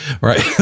Right